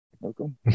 Welcome